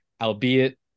albeit